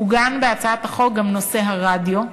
עוגן בהצעת החוק גם נושא הרדיו,